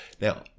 now